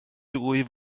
dwy